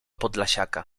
podlasiaka